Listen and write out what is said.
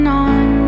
on